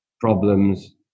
problems